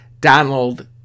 Donald